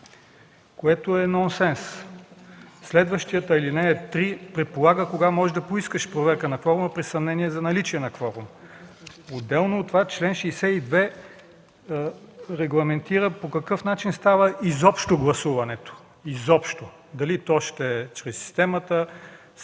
което е нонсенс. Следващата ал. 3 предполага кога може да поискаш проверка на кворума, при съмнение за наличие на кворум. Отделно от това чл. 62 регламентира по какъв начин става изобщо гласуването. Изобщо! Дали то ще е чрез системата,